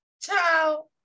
Ciao